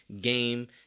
game